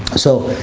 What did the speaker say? so,